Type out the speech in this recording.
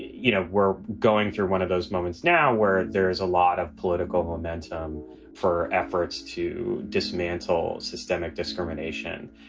you know, we're going through one of those moments now where there is a lot of political momentum for efforts to dismantle systemic discrimination,